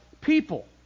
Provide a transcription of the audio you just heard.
people